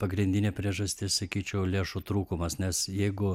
pagrindinė priežastis sakyčiau lėšų trūkumas nes jeigu